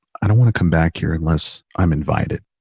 i don't want to come back here unless i'm invited,